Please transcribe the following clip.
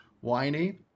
whiny